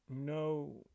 No